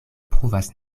pruvas